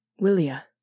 Willia